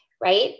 right